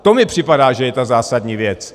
To mi připadá, že je ta zásadní věc.